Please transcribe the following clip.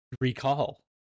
recall